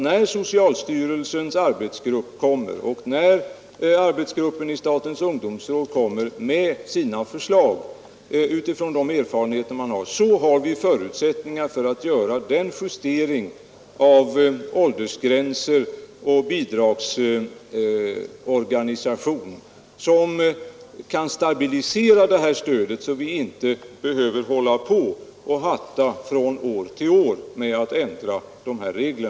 När socialstyrelsens arbetsgrupp och arbetsgruppen i statens ungdomsråd kommer med sina förslag utifrån sina erfarenheter, har vi förutsättningar för att göra en justering av åldersgränser och bidragsorganisation. Därigenom kan vi stabilisera stödet, så att vi inte år från år behöver ändra våra regler.